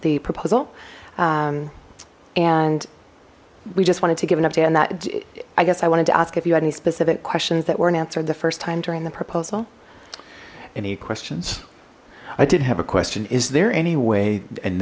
the proposal and we just wanted to give an update on that i guess i wanted to ask if you had any specific questions that weren't answered the first time during the proposal any questions i did have a question is there any way and